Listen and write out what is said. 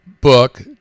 book